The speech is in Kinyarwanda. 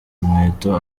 inkweto